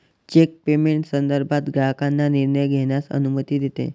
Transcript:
check payment संदर्भात ग्राहकांना निर्णय घेण्यास अनुमती देते